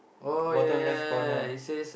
bottom left corner